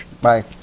Bye